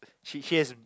she has a